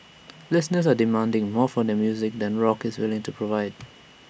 listeners are demanding more from their music than rock is willing to provide